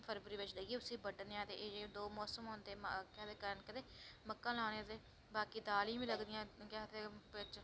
फरवरी बिच जेइयै बड्ढने आं दे मौसम होंदे कनक दे मक्कां दे दाने भी दाली बी लगदियां